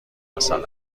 مثلا